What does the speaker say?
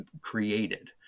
created